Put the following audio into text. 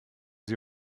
sie